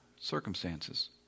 circumstances